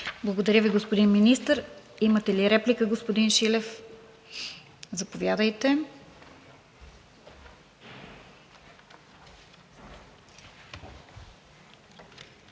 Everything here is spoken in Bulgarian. Благодаря Ви, господин Министър. Имате ли реплика, господин Шилев? Заповядайте.